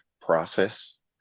process